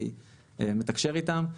אני מתקשר איתם,